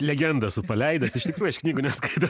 legendą esu paleidęs iš tikrųjų aš knygų neskaitau